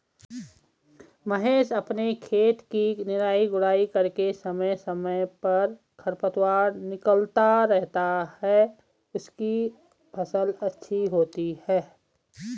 महेश अपने खेत की निराई गुड़ाई करके समय समय पर खरपतवार निकलता रहता है उसकी फसल अच्छी होती है